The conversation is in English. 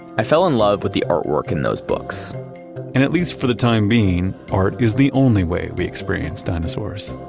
i fell in love with the artwork in those books and, at least for the time being, art is the only way we experience dinosaurs.